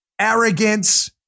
arrogance